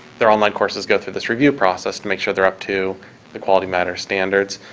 their online courses go through this review process, to make sure they're up to the quality matter standards.